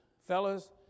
Fellas